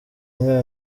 umwana